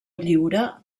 lliure